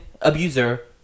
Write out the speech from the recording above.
abuser